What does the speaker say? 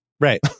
Right